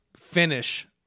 finish